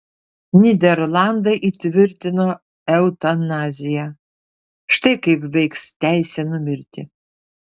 nyderlandai įtvirtino eutanaziją štai kaip veiks teisė numirti